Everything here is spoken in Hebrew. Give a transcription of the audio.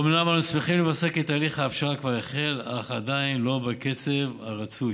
אומנם אנו שמחים לבשר כי תהליך ההבשלה כבר החל אך עדיין לא בקצב הרצוי.